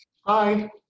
hi